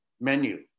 menu